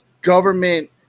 government